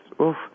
oof